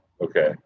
okay